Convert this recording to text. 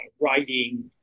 writing